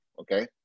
Okay